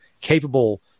capable